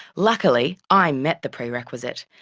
luckily i met the prerequisite.